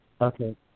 Okay